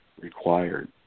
required